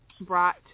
brought